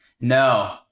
no